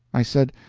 i said,